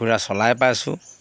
ঘোঁৰা চলাই পাইছোঁ